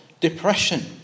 depression